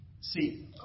See